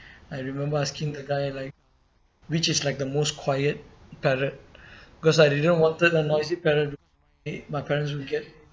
I remember asking the guy like which is like the most quiet parrot because I didn't wanted a noisy parrot my parents will get